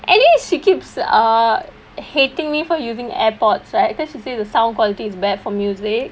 anyway she keeps err hating me for using AirPods right because she say the sound quality is bad for music